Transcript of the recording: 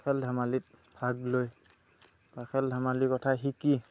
খেল ধেমালিত ভাগ লৈ বা খেল ধেমালিৰ কথা শিকি